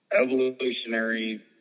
evolutionary